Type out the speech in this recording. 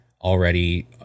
already